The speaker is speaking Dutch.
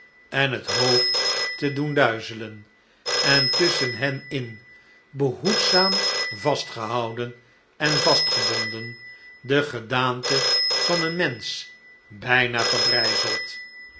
en het hoofd te doen duizelen en tusschen hen in behoedzaam vastgehouden en vastgebonden de gedaante van een mensch bijna verbrijzeld